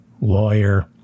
lawyer